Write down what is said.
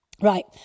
Right